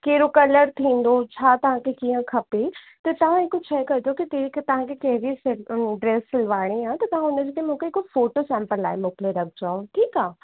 कहिड़ो कलर थींदो छा तव्हांखे कीअं खपे त तव्हां हिकु शइ कजो की त की तव्हांखे कहिड़ी ड्रैस सिबाइणी आहे त तव्हां उनजो त मूंखे हिकु फ़ोटो सेम्पल लाइ मोकिले रखिजो ठीकु आहे